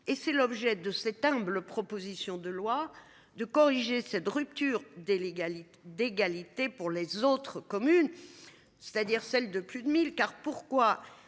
et c'est l'objet de cet humble, proposition de loi de corriger cette rupture de l'égalité d'égalité pour les autres communes. C'est-à-dire celles de plus de 1000, car pourquoi